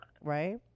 right